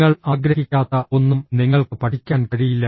നിങ്ങൾ ആഗ്രഹിക്കാത്ത ഒന്നും നിങ്ങൾക്ക് പഠിക്കാൻ കഴിയില്ല